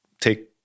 take